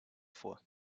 vor